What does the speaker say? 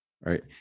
Right